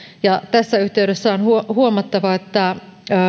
ja tässä yhteydessä on huomattava että